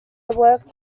worked